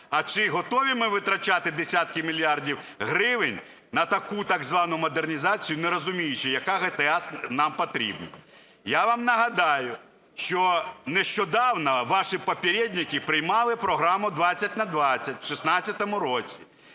а чи готові ми витрачати десятки мільярдів гривень на таку так звану модернізацію, не розуміючи, яка ГТС нам потрібна? Я вам нагадаю, що нещодавно ваші "попєрєднікі" приймали програму 20/20 в 16-му році.